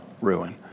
ruin